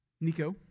Nico